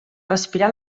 respirar